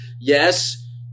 Yes